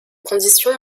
conditions